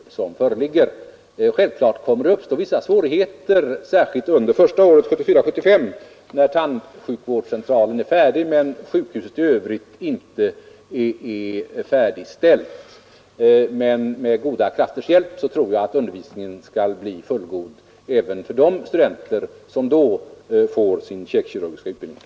Det är självklart att vissa svårigheter kommer att uppstå särskilt under det första året 1974/75, när tandsjukvårdscentralen är färdig men sjukhuset i övrigt inte blivit färdigställt. Med goda krafters hjälp tror jag emellertid att undervisningen skall bli fullgod även för de studenter som då får sin käkkirurgiska utbildning.